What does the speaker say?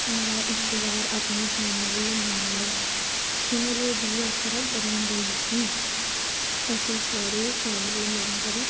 ਮੈਂ ਇੱਕ ਵਾਰ ਆਪਣੀ ਫੈਮਲੀ ਨਾਲ ਸ਼ਿਮਲੇ ਦੀ ਯਾਤਰਾ ਕਰਨ ਗਈ ਸੀ ਅਸੀਂ ਸਾਰੇ ਫੈਮਿਲੀ ਮੈਂਬਰ